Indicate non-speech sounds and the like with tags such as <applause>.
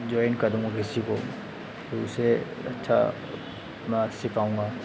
join करूँगा किसी को फिर उसे अच्छा <unintelligible> सिखाऊँगा